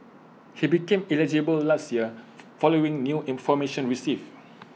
he became eligible last year following new information received